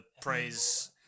praise